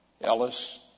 Ellis